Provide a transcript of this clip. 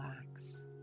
relax